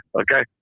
okay